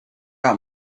out